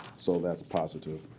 so that's positive.